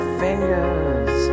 fingers